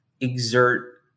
exert